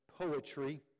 poetry